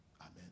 Amen